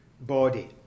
body